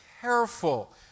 careful